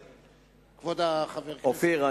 אופיר,